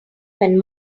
when